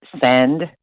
send